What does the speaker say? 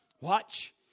Watch